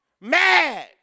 mad